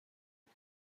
خوب